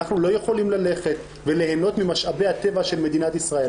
אנחנו לא יכולים ללכת וליהנות ממשאבי הטבע של מדינת ישראל,